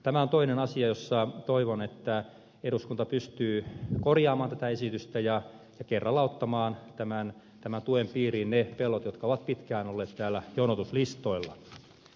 tämä on toinen asia jossa toivon että eduskunta pystyy korjaamaan tätä esitystä ja kerralla ottamaan tämän tuen piiriin ne pellot jotka ovat pitkään olleet jonotuslistoilla